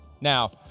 Now